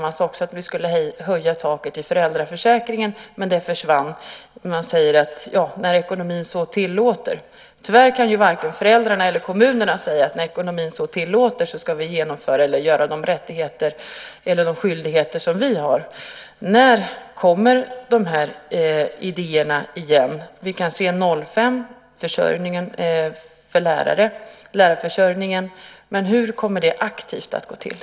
Man sade också att taket i föräldraförsäkringen skulle höjas, men det försvann. Man säger att det ska ske när ekonomin så tillåter. Tyvärr kan ju varken föräldrarna eller kommunerna säga att när ekonomin så tillåter ska de ta de rättigheter eller fullgöra de skyldigheter som de har. När kommer de här idéerna igen? Vi kan se lärarförsörjningen för 2005, men hur kommer den praktiskt att gå till?